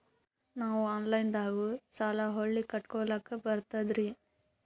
ನಾವು ಆನಲೈನದಾಗು ಸಾಲ ಹೊಳ್ಳಿ ಕಟ್ಕೋಲಕ್ಕ ಬರ್ತದ್ರಿ?